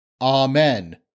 Amen